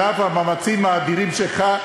על אף המאמצים האדירים שלך,